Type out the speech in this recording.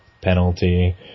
penalty